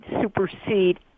supersede